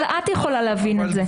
אבל את יכולה להבין את זה.